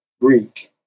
Greek